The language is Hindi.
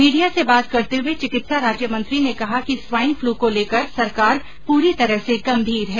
मीडिया से बात करते हुए चिकित्सा राज्यमंत्री ने कहा कि स्वाइन फ्लू को लेकर सरकार पूरी तरह से गंभीर है